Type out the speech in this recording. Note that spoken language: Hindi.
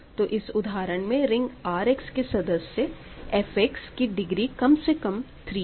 तो इस उदाहरण में रिंग R X के सदस्य f X की डिग्री कम से कम 3 है